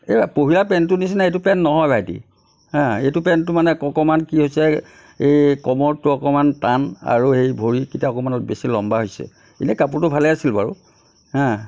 পহিলা পেণ্টটোৰ নিচিনা এইটো পেণ্ট নহয় ভাইটি হাঁ এইটো পেণ্টটো মানে অকণমান কি হৈছে এই কমৰটো অকণমান টান আৰু এই ভৰিকেইটা অকমান বেছি লম্বা হৈছে এনেই কাপোৰটো ভালে আছিল বাৰু হাঁ